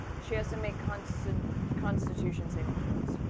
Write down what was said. she has to make constitution constitution saving throws.